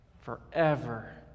forever